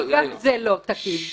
אבל גם זה לא תקין.